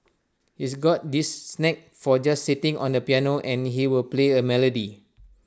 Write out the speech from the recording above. he's got this knack for just sitting on the piano and he will play A melody